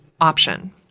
option